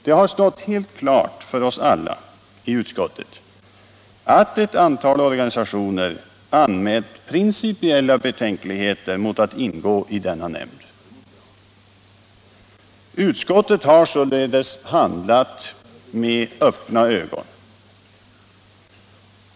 Det har stått helt klart för oss alla i utskottet att ett antal organisationer anmält principiella betänkligheter mot att ingå i denna nämnd. Utskottet har således handlat med öppna ögon.